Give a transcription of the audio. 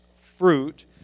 fruit